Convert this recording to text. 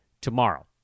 tomorrow